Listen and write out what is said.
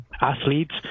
athletes